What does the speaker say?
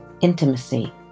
intimacy